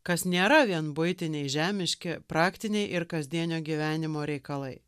kas nėra vien buitiniai žemiški praktiniai ir kasdienio gyvenimo reikalai